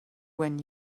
when